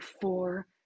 four